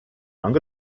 young